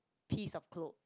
piece of clothes